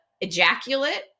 ejaculate